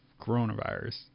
coronavirus